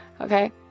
okay